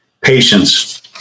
Patience